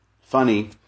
funny